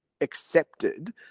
accepted